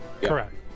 Correct